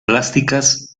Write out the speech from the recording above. plásticas